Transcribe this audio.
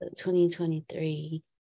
2023